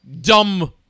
dumb